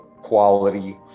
quality